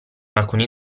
alcuni